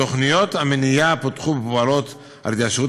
תוכניות המניעה פותחו ופועלות על ידי השירות